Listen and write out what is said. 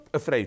afraid